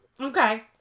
Okay